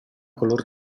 color